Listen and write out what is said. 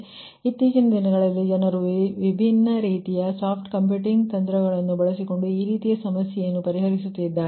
ಆದ್ದರಿಂದ ಇತ್ತೀಚಿನ ದಿನಗಳಲ್ಲಿ ಜನರು ವಿಭಿನ್ನ ರೀತಿಯ ಸಾಫ್ಟ್ ಕಂಪ್ಯೂಟಿಂಗ್ ತಂತ್ರಗಳನ್ನು ಬಳಸಿಕೊಂಡು ಈ ರೀತಿಯ ಸಮಸ್ಯೆಯನ್ನು ಪರಿಹರಿಸುತ್ತಿದ್ದಾರೆ